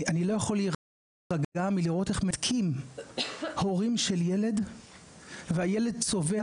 אני לא יכול להירגע מלראות איך מנתקים הורים של ילד והילד צווח,